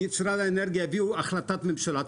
משרד האנרגיה הביאו החלטת ממשלה,